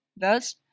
Thus